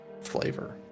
flavor